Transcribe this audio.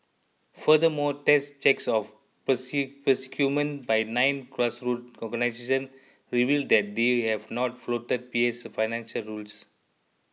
furthermore test checks of procurement by nine grass root organization revealed that they have not flouted P A' s financial rules